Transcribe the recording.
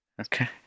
Okay